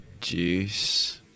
juice